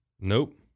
Nope